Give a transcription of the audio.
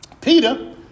Peter